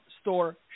store